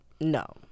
No